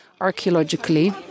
archaeologically